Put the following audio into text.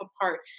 apart